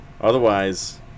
Otherwise